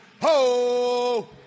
Ho